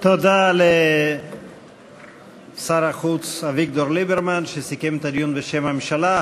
תודה לשר החוץ אביגדור ליברמן שסיכם את הדיון בשם הממשלה.